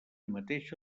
mateixa